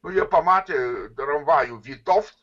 o jie pamatė tramvajų vitoft